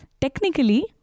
Technically